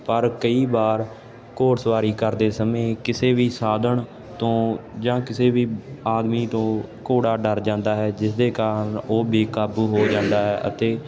ਪਰ ਕਈ ਵਾਰ ਘੋੜਸਵਾਰੀ ਕਰਦੇ ਸਮੇਂ ਕਿਸੇ ਵੀ ਸਾਧਨ ਤੋਂ ਜਾਂ ਕਿਸੇ ਵੀ ਆਦਮੀ ਤੋਂ ਘੋੜਾ ਡਰ ਜਾਂਦਾ ਹੈ ਜਿਸ ਦੇ ਕਾਰਨ ਉਹ ਬੇਕਾਬੂ ਹੋ ਜਾਂਦਾ ਹੈ ਅਤੇ